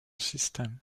system